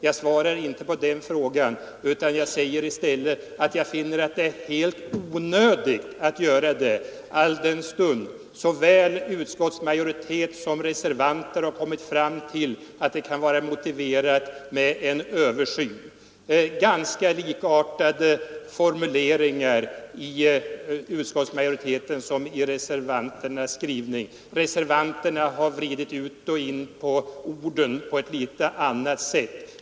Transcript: Jag svarar inte på den frågan, utan jag säger i stället att jag finner att det är helt onödigt att göra det, alldenstund såväl utskottsmajoritet som reservanter har kommit fram till att det kan vara motiverat med en översyn. Det är ganska likartade formuleringar i utskottsmajoritetens och reservanternas skrivning. Reservanterna har vridit ut och in på orden på ett litet annat sätt.